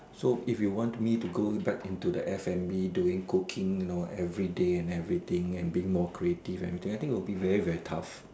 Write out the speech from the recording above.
so if you want me to go back into the F&B doing cooking you know everyday and everything and being more creative and everything I think it will be very very tough